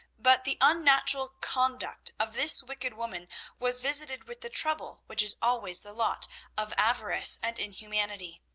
but the unnatural conduct of this wicked woman was visited with the trouble which is always the lot of avarice and inhumanity.